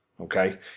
okay